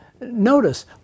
Notice